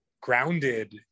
grounded